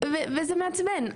זה חשוב,